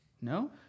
No